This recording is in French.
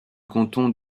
canton